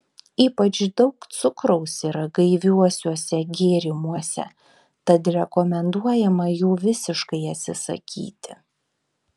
ypač daug cukraus yra gaiviuosiuose gėrimuose tad rekomenduojama jų visiškai atsisakyti